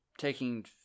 Taking